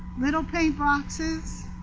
little paint boxes,